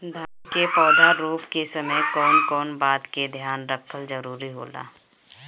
धान के पौधा रोप के समय कउन कउन बात के ध्यान रखल जरूरी होला?